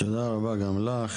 תודה רבה גם לך.